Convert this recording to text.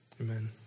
amen